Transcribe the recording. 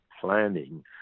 planning